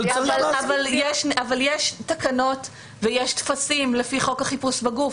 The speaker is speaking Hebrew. אבל צריך -- אבל יש תקנות ויש טפסים לפי חוק החיפוש בגוף.